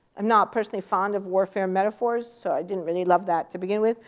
i'm not personally fond of warfare metaphors, so i didn't really love that to begin with.